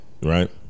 right